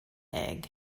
egg